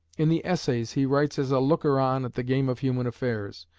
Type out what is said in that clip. in the essays he writes as a looker-on at the game of human affairs,